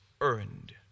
earned